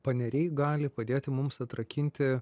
paneriai gali padėti mums atrakinti